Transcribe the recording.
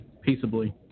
peaceably